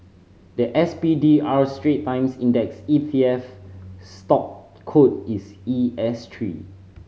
the S P D R Strait Times Index E T F stock code is E S three